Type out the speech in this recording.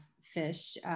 fish